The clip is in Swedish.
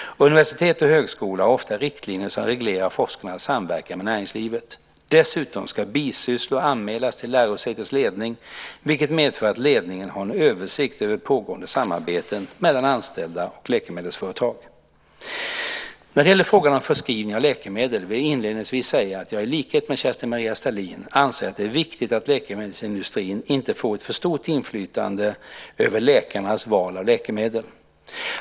Universitet och högskolor har ofta riktlinjer som reglerar forskarnas samverkan med näringslivet. Dessutom ska bisysslor anmälas till lärosätets ledning, vilket medför att ledningen har en översikt över pågående samarbeten mellan anställda och läkemedelsföretag. När det gäller frågan om förskrivning av läkemedel vill jag inledningsvis säga att jag i likhet med Kerstin-Maria Stalin anser att det är viktigt att läkemedelsindustrin inte får ett för stort inflytande över läkarnas val av läkemedel.